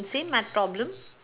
same my problem